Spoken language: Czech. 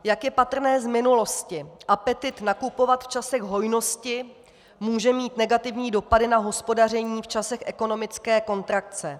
Jak je patrné z minulosti, apetyt nakupovat v časech hojnosti může mít negativní dopady na hospodaření v časech ekonomické kontrakce.